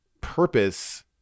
purpose